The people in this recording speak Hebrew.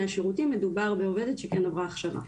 השירותים מדובר בעובדת שהיא כן עברה הכשרה,